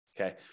Okay